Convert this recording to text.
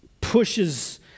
pushes